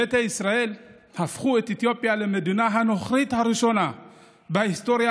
ביתא ישראל הפכו את אתיופיה למדינה הנוכרית הראשונה בהיסטוריה